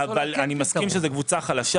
אני מסכים שזו קבוצה חלשה.